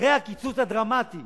אחרי הקיצוץ הדרמטי